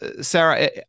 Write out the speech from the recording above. Sarah